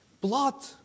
blood